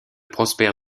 prosper